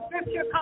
scripture